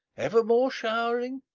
evermore showering?